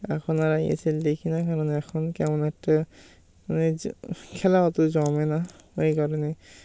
এখন আর আইএসএল দেখি না কারণ এখন কেমন একটা মানে খেলা অত জমে না ওই কারণে